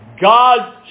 God